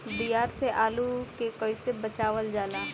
दियार से आलू के कइसे बचावल जाला?